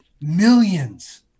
millions